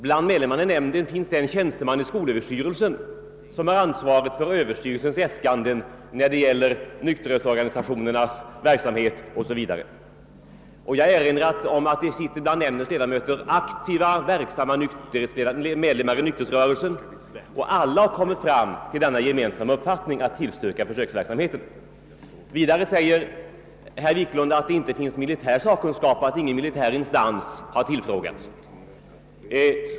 En av medlemmarna i nämnden är den tjänsteman i skolöverstyrelsen som har ansvaret för styrelsens äskanden när det gäller nykterhetsorganisationernas verksamhet o.s.v. Jag har erinrat om att det bland nämndens ledamöter finns aktivt verksamma medlemmar av nykterhetsrörelsen. Samtliga nämndens ledamöter har enats om att tillstyrka denna försöksverksamhet. Vidare säger herr Wiklund att ingen militär instans har tillfrågats.